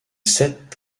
sept